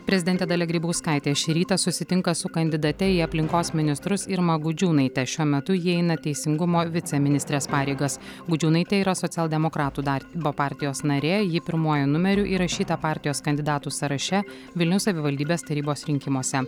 prezidentė dalia grybauskaitė šį rytą susitinka su kandidate į aplinkos ministrus irma gudžiūnaite šiuo metu jie eina teisingumo viceministrės pareigas gudžiūnaitė yra socialdemokratų darbo partijos narė ji pirmuoju numeriu įrašyta partijos kandidatų sąraše vilniaus savivaldybės tarybos rinkimuose